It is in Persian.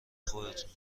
خودتونه